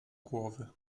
głowy